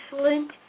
excellent